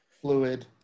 fluid